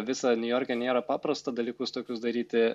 visa niujorke nėra paprasta dalykus tokius daryti